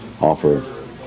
offer